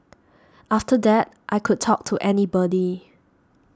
after that I could talk to anybody